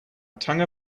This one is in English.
tongue